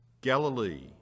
Galilee